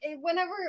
whenever